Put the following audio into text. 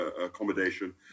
accommodation